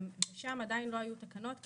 שם עדיין לא היו תקנות כאלה,